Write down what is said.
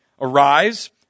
Arise